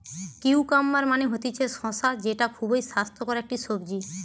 cucumber মানে হতিছে শসা যেটা খুবই স্বাস্থ্যকর একটি সবজি